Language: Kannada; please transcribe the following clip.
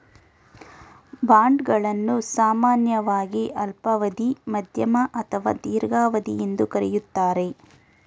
ಬಾಂಡ್ ಗಳನ್ನು ಸಾಮಾನ್ಯವಾಗಿ ಅಲ್ಪಾವಧಿ, ಮಧ್ಯಮ ಅಥವಾ ದೀರ್ಘಾವಧಿ ಎಂದು ಕರೆಯುತ್ತಾರೆ